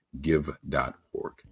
give.org